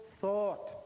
thought